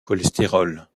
cholestérol